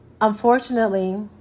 Unfortunately